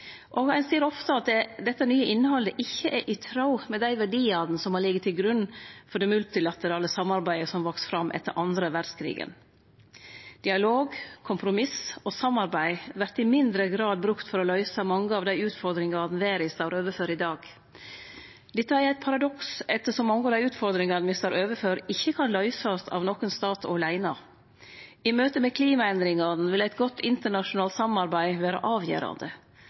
og ein ser ofte at dette nye innhaldet ikkje er i tråd med dei verdiane som har lege til grunn for det multilaterale samarbeidet som voks fram etter den andre verdskrigen. Dialog, kompromiss og samarbeid vert i mindre grad brukt for å løyse mange av dei utfordringane verda står overfor i dag. Dette er eit paradoks, ettersom mange av dei utfordringane me står overfor, ikkje kan løysast av nokon stat åleine. I møte med klimaendringane vil eit godt internasjonalt samarbeid vere avgjerande.